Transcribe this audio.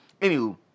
anywho